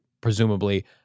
presumably